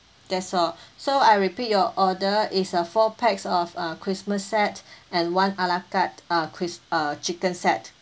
that's all so I repeat your order it's a four pax of uh christmas set and one ala carte uh christ~ uh chicken set